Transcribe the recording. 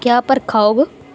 क्या बर्खा होग